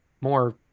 more